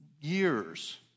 years